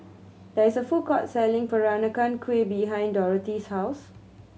there is a food court selling Peranakan Kueh behind Dorthy's house